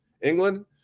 England